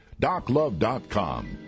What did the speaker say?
DocLove.com